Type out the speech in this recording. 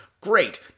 Great